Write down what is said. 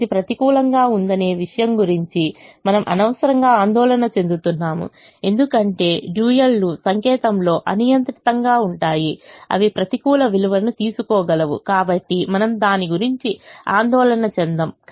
ఇది ప్రతికూలంగా ఉందనే విషయం గురించి మనము అనవసరంగా ఆందోళన చెందుతున్నాము ఎందుకంటే డ్యూయల్లు సంకేతంలో అనియంత్రితంగా ఉంటాయి అవి ప్రతికూల విలువను తీసుకోగలవు కాబట్టి మనము దాని గురించి ఆందోళన చెందము